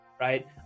Right